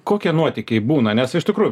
kokie nuotykiai būna nes iš tikrųjų